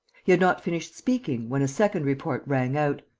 he had not finished speaking, when a second report rang out.